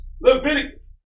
Leviticus